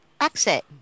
exit